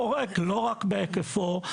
לא רק בהיקפו,